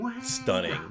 stunning